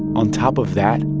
on top of that,